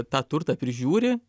tą turtą prižiūri